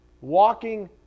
Walking